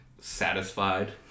satisfied